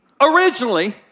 originally